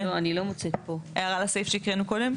כן, הערה לסעיף שהקראנו קודם?